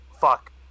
fuck